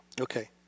Okay